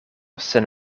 sen